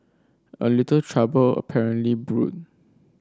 a little trouble apparently brewed